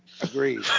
Agreed